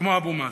כמו אבו מאזן.